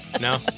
No